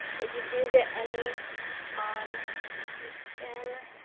if you do get any on your skin,